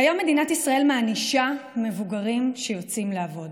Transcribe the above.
כיום מדינת ישראל מענישה מבוגרים שיוצאים לעבוד.